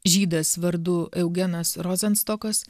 žydas vardu eugenas rozenstokas